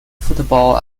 football